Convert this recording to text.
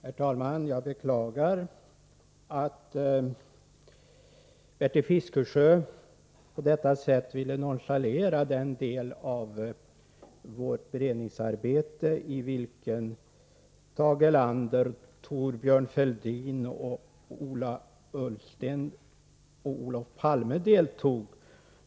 Herr talman! Jag beklagar att Bertil Fiskesjö på detta sätt ville nonchalera den del av vårt beredningsarbete i vilken Tage Erlander, Thorbjörn Fälldin, Ola Ullsten och Olof Palme deltog.